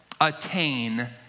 attain